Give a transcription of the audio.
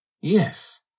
yes